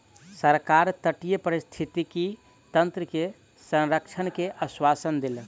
सरकार तटीय पारिस्थितिकी तंत्र के संरक्षण के आश्वासन देलक